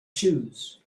choose